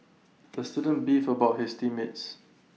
the student beef about his team mates